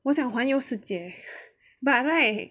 我想环游世界 but right